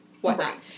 whatnot